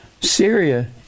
Syria